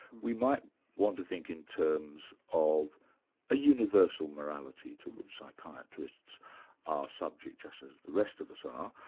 we might want to think in terms of a universal morality, to which psychiatrists are subject, just as the rest of us are,